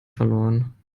verloren